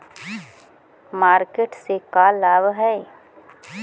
Market से का लाभ है?